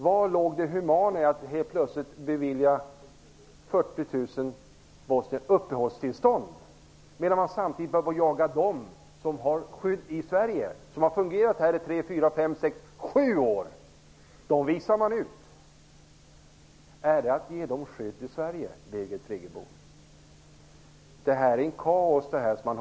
Vari låg det humana i att plötsligt bevilja 40 000 bosnier uppehållstillstånd medan man samtidigt börjar att jaga dem som har skydd i Sverige. Det är människor som har levt och fungerat här i 3--7 år. Dem visar man ut. Är det att ge dem skydd i Svensk flyktingpolitik är kaos.